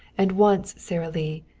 and once sara lee,